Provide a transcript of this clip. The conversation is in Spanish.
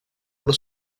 por